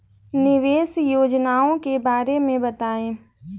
निवेश योजनाओं के बारे में बताएँ?